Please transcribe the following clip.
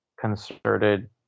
concerted